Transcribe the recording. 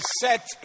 set